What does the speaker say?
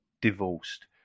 divorced